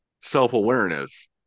self-awareness